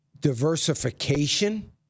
diversification